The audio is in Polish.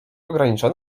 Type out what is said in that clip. organiczne